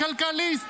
כלכליסט,